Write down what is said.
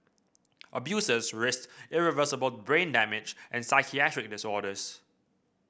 abusers risked irreversible brain damage and psychiatric disorders